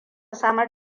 samar